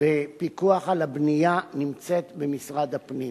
בפיקוח על הבנייה נמצאת במשרד הפנים.